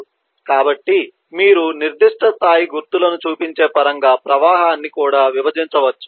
కాబట్టి మీరు నిర్దిష్ట స్థాయి గుర్తులను చూపించే పరంగా ప్రవాహాన్ని కూడా విభజించవచ్చు